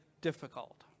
difficult